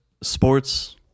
sports